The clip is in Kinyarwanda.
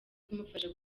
kumufasha